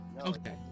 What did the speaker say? okay